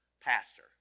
pastor